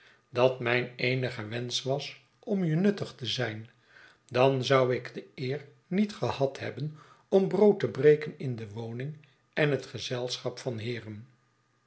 dat mijn eenige wensch was om je nuttig te zijn dan zou ik de eer nietgehad hebben om brood te breken in de woning en het gezelschap van heeren